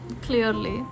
Clearly